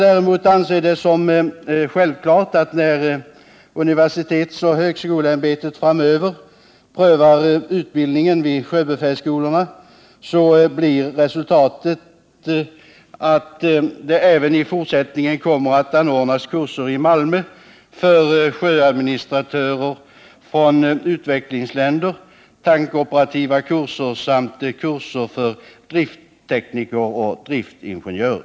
Däremot anser jag det självklart att när universitetsoch högskoleämbetet framöver prövar utbildningen vid sjöbefälsskolorna, så blir resultatet att det även i fortsättningen kommer att anordnas kurser i Malmö för sjöadministratörer från utvecklingsländer, tankoperativa kurser samt kurser för drifttekniker och driftingenjörer.